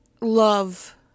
love